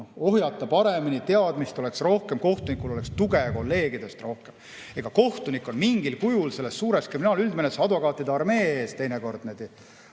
ohjata, teadmist oleks rohkem, kohtunikul oleks tuge kolleegidest rohkem. Kohtunik on mingil kujul selle suure kriminaalüldmenetluse advokaatide armee ees teinekord üsna